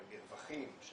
למרווחים,